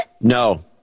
No